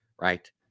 right